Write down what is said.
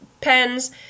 Pens